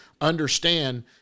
understand